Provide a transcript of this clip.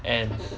and